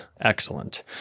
excellent